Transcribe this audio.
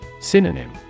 Synonym